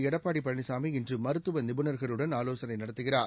எடப்பாடி பழனிசாமி இன்று மருத்துவ நிபுணர்களுடன் ஆலோசனை நடத்துகிறார்